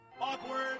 Awkward